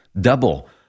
double